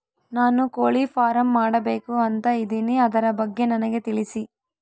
ನಾನು ಕೋಳಿ ಫಾರಂ ಮಾಡಬೇಕು ಅಂತ ಇದಿನಿ ಅದರ ಬಗ್ಗೆ ನನಗೆ ತಿಳಿಸಿ?